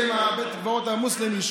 זה עם בית הקברות המוסלמי,